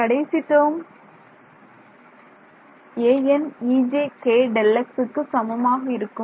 கடைசி டேர்ம் αnejkΔxக்கு சமமாக இருக்கும்